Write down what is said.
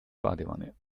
badewanne